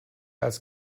als